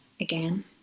again